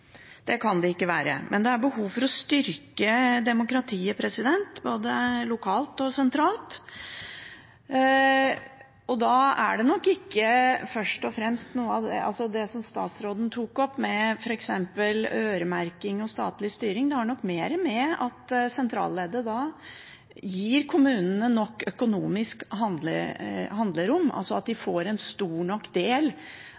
Det kan det ikke være. Det er behov for å styrke demokratiet både lokalt og sentralt. Da handler det ikke først og fremst om det som statsråden tok opp med f.eks. øremerking og statlig styring, det har nok mer å gjøre med at sentralleddet gir kommunene nok økonomisk handlerom – altså at de får en stor nok del